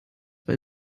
bei